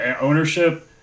ownership